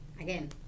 Again